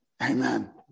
Amen